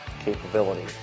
capability